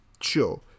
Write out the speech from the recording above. Sure